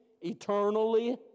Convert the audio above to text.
eternally